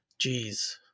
Jeez